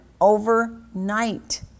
overnight